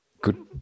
good